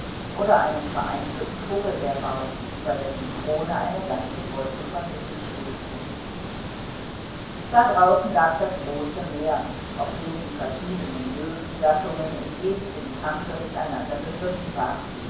oder einen vereinzelten vogelbeerbaum über dessen krone eine ganze wolke von mücken schwebte da draußen lag das große meer auf dem die verschiedenen möwengattungen in ewigem kampfe miteinander begriffen waren